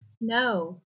No